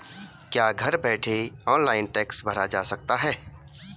क्या घर बैठे ऑनलाइन टैक्स भरा जा सकता है?